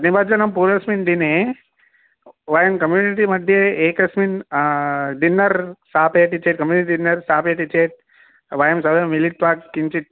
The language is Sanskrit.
निमज्जनं पूर्वस्मिन् दिने वयं कम्युनिटिमद्ये एकस्मिन् डिन्नर् स्थापयति चेत् कम्युनिटि डिन्नर् स्थापयति चेत् वयं सर्वे मिलित्वा किञ्चिट्